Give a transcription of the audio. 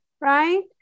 right